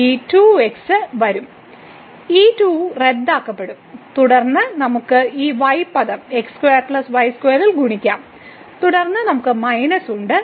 ഈ 2 x വരും ഈ 2 റദ്ദാക്കപ്പെടും തുടർന്ന് നമുക്ക് ഈ y പദം ൽ ഗുണിക്കാം തുടർന്ന് നമുക്ക് മൈനസ് ഉണ്ട്